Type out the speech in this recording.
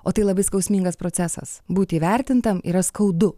o tai labai skausmingas procesas būti įvertintam yra skaudu